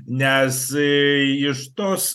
nes iš tos